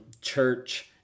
church